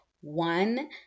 one